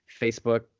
Facebook